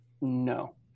No